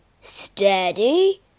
steady